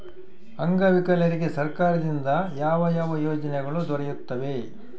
ಅಂಗವಿಕಲರಿಗೆ ಸರ್ಕಾರದಿಂದ ಯಾವ ಯಾವ ಯೋಜನೆಗಳು ದೊರೆಯುತ್ತವೆ?